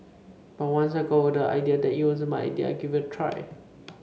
but once I got over the idea that it wasn't my idea I gave it a try